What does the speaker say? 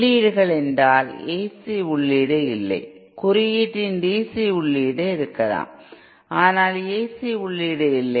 உள்ளீடுகள் என்றால் ஏசி உள்ளீடு இல்லை குறியீட்டின் டிசி உள்ளீடு இருக்கலாம் ஆனால் ஏசி உள்ளீடு இல்லை